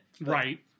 Right